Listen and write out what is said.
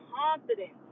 confidence